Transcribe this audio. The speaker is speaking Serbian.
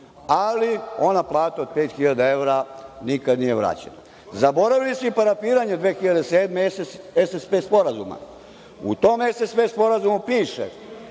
Krim. Ona plata od 5.000 evra nikada nije vraćena. Zaboravili su i parafiranje 2007. SSP sporazuma, a u tom SSP sporazumu piše